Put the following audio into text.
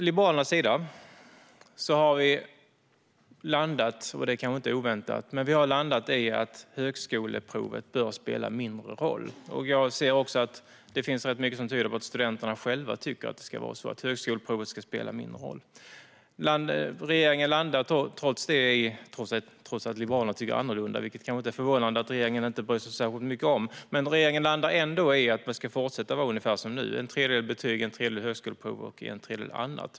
Liberalerna har inte oväntat landat i att högskoleprovet bör spela mindre roll. Mycket tyder på att även studenterna tycker detsamma. Att regeringen inte bryr sig särskilt mycket om vad Liberalerna tycker är inte förvånande, så regeringen har landat i att det ska fortsätta som nu med en tredjedel betyg, en tredjedel högskoleprov och en tredjedel annat.